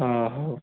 ହଁ ହଉ